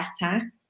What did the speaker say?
better